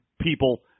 people